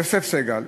יוסף סגל,